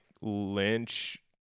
lynch